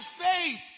faith